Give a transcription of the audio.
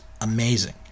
amazing